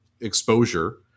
exposure